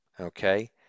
Okay